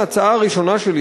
ההצעה הראשונה שלי,